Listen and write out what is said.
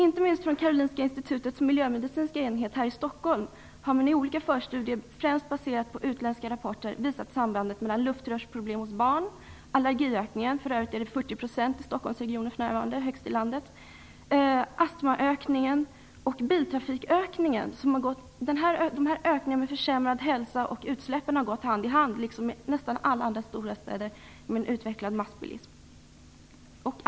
Inte minst från Karolinska institutets miljömedicinska enhet här i Stockholm har man i olika förstudier främst baserade på utländska rapporter visat sambandet mellan å ena sidan luftrörsproblem hos barn, allergiökningen - den uppgår för övrigt till 40 % i Stockholmsregionen för närvarande, vilket är högst i landet - och astmaökningen och å andra sidan biltrafikökningen. Den försämrade hälsan och ökningen av utsläppen har gått hand i hand, här liksom i nästan alla andra stora städer med en utvecklad massbilism.